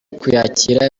kuyakira